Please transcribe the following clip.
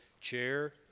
chair